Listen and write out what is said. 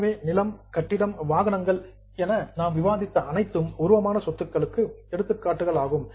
எனவே நிலம் கட்டிடம் வாகனங்கள் என நாம் விவாதித்த அனைத்தும் உருவமான சொத்துக்களுக்கு எடுத்துக்காட்டுகளாகும்